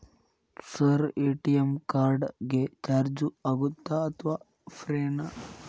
Sir ATM card ಗೆ charge ಆಗುತ್ತಾ ಅಥವಾ ಫ್ರೇ ನಾ?